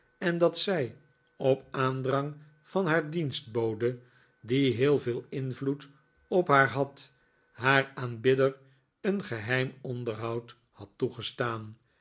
en dat zij op aandrang van haar dienstbode die heel veel invloed op haar had haar aanbidder een geheim onderhoud had toegestaan